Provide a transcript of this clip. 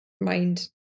mind